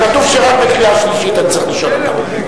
כתוב שרק בקריאה שלישית אני צריך לשאול אותם,